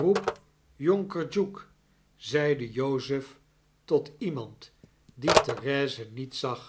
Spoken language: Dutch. roep jonker duke zeide jozef tot iemand dien therese niet zag